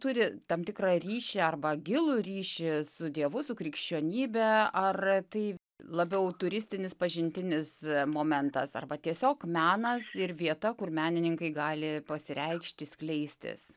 turi tam tikrą ryšį arba gilų ryšį su dievu su krikščionybe ar tai labiau turistinis pažintinis momentas arba tiesiog menas ir vieta kur menininkai gali pasireikšti skleistis